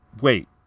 Wait